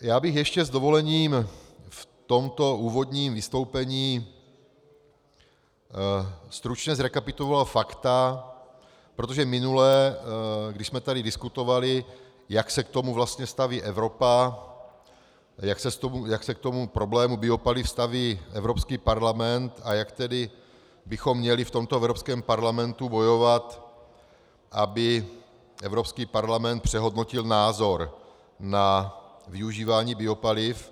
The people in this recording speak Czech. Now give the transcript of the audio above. Já bych ještě, s dovolením, v tomto úvodním vystoupení stručně zrekapituloval fakta, protože minule, když jsme tady diskutovali, jak se k tomu vlastně staví Evropa, jak se k tomu problému biopaliv staví Evropský parlament a jak tedy bychom měli v tomto Evropském parlamentu bojovat, aby Evropský parlament přehodnotil názor na využívání biopaliv.